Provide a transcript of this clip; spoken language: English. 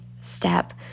step